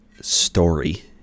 story